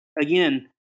again